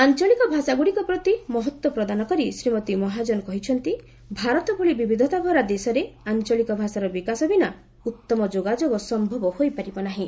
ଆଞ୍ଚଳିକ ଭାଷାଗୁଡିକ ପ୍ରତି ମହତ୍ୱ ପ୍ରଦାନ କରି ଶ୍ରୀମତୀ ମହାଜନ କହିଛନ୍ତି ଭାରତ ଭଳି ବିବିଧତାଭରା ଦେଶରେ ଆଞ୍ଚଳିକ ଭାଷାର ବିକାଶ ବିନା ଉତ୍ତମ ଯୋଗାଯୋଗ ସମ୍ଭବ ହୋଇପାରିବ ନାହିଁ